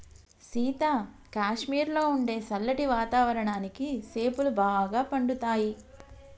సీత కాశ్మీరులో ఉండే సల్లటి వాతావరణానికి సేపులు బాగా పండుతాయి